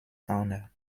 owner